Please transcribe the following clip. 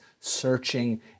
searching